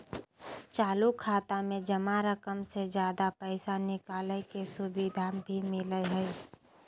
चालू खाता में जमा रकम से ज्यादा पैसा निकालय के सुविधा भी मिलय हइ